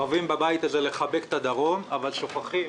אוהבים בבית לחבק את הדרום, אבל שוכחים